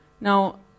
Now